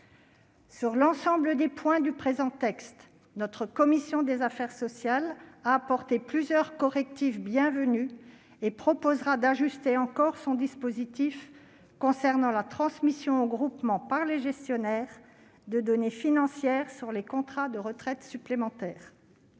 Sur l'ensemble des points du texte, la commission des affaires sociales a apporté plusieurs correctifs bienvenus. Elle proposera d'ajuster encore le dispositif concernant la transmission au groupement par les gestionnaires de données financières sur les contrats de retraite supplémentaire.